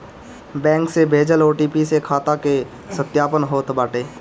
bank से भेजल OTP से खाता के सत्यापन होत बाटे